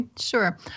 sure